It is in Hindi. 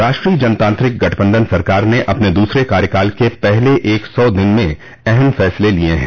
राष्ट्रीय जनतांत्रिक गठबंधन सरकार ने अपने दूसरे कार्यकाल के पहले एक सौ दिन में अहम फैसले लिए हैं